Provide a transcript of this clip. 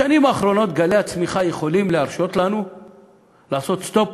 בשנים האחרונות גלי הצמיחה יכולים להרשות לנו לעשות "סטופ",